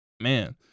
Man